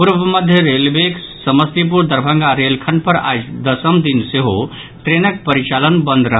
पूर्व मध्य रेलवेक समस्तीपुर दरभंगा रेलखंड पर आइ दसम दिन सेहो ट्रेनक परिचालन बंद रहल